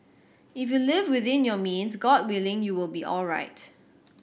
if you live within your means God willing you will be alright